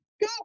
go